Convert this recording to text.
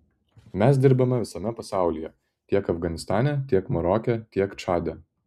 mes dirbame visame pasaulyje tiek afganistane tiek maroke tiek čade